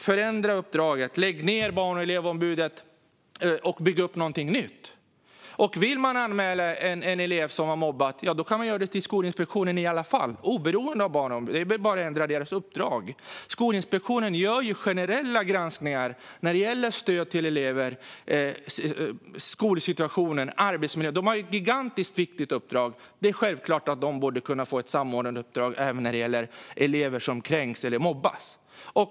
Förändra uppdraget, lägg ned Barn och elevombudet och bygg upp någonting nytt. Vill man anmäla en elev som har mobbat kan man i alla fall göra det till Skolinspektionen oberoende av Barn och elevombudet. Det är bara att ändra uppdraget. Skolinspektionen gör generella granskningar när det gäller stöd till elever, skolsituationen och arbetsmiljön. Den har ett gigantiskt och viktigt uppdrag. Den borde självklart kunna få ett samordnande uppdrag även när det gäller elever som kränks eller mobbas.